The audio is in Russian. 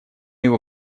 его